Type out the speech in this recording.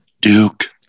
Duke